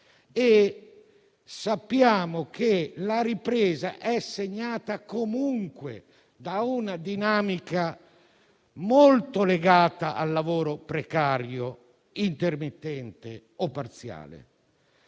ma sappiamo che la ripresa è segnata comunque da una dinamica molto legata al lavoro precario intermittente o parziale.